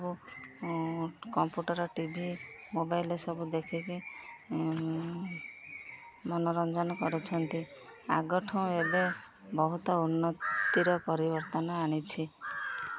ସବୁ computer TV mobile ସବୁ ଦେଖିକି ମନୋରଞ୍ଜନ କରୁଛନ୍ତି ଆଗଠୁ ଏବେ ବହୁତ ଉନ୍ନତିର ପରିବର୍ତ୍ତନ ଆଣିଛି